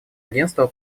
агентства